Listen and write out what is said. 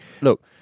Look